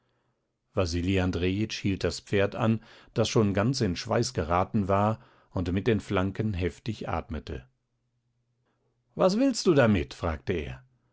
wasili andrejitsch hielt das pferd an das schon ganz in schweiß geraten war und mit den flanken heftig atmete was willst du damit fragte er